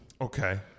Okay